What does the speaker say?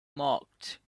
marked